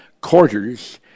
quarters